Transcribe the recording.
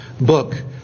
book